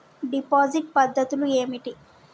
Deposit పద్ధతులు ఏమిటి?